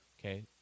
okay